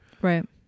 Right